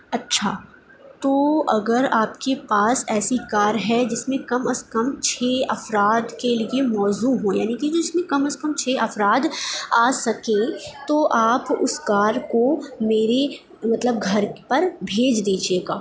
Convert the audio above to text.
اچھا تو اگر آپ کے پاس ایسی کار ہے جس میں کم از کم چھ افراد کے لیے موزوں ہوں یعنی کہ جس میں کم از کم چھ افراد آ سکیں تو آپ اس کار کو میرے مطلب گھر پر بھیج دیجیے گا